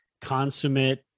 consummate